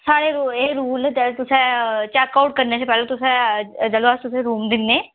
साढ़े एह् रूल चाहे तुसें चेेक आउट करने शां पैहला तुसें चलो अस तुस्सें रूम दिन्नें